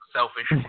Selfish